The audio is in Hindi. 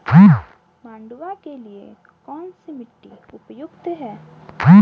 मंडुवा के लिए कौन सी मिट्टी उपयुक्त है?